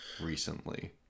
recently